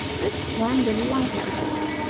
this plan delighted the boys,